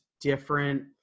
different